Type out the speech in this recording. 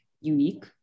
unique